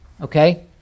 okay